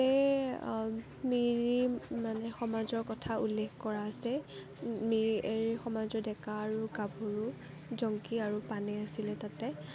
সেই মিৰি মানে সমাজৰ কথা উল্লেখ কৰা আছে মিৰিৰ সমাজৰ ডেকা আৰু গাভৰু জংকি আৰু পানেই আছিল তাতে